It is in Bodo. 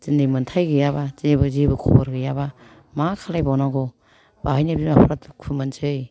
दिनै मोनथाइ गैयाबा जेबो खबर गैयाबा मा खालायबावनांगौ बाहायनो बिमा बिफा दुखु मोनसै